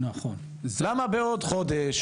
למה בעוד חודש?